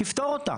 תפתור אותה.